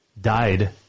died